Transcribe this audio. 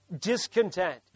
discontent